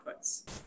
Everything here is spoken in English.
outputs